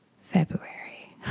February